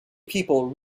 people